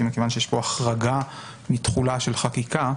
כי מכיוון שיש פה החרגה מתחולה של חקיקה,